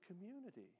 community